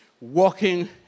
walking